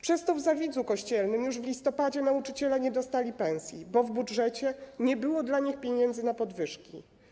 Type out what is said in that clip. Przez to w Zawidzu Kościelnym już w listopadzie nauczyciele nie dostali pensji, bo w budżecie nie było dla nich pieniędzy na podwyżki.